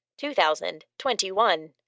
2021